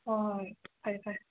ꯍꯣꯏ ꯍꯣꯏ ꯐꯔꯦ ꯐꯔꯦ